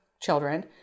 children